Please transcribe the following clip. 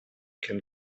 can